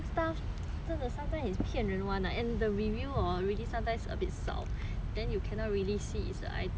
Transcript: the review hor really sometimes a bit 少 then you cannot really see if the item is it really 好